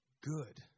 good